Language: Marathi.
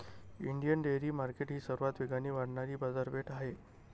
इंडियन डेअरी मार्केट ही सर्वात वेगाने वाढणारी बाजारपेठ आहे